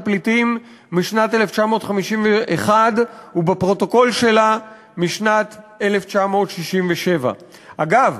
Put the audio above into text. של פליטים משנת 1951 ובפרוטוקול שלה משנת 1967. אגב,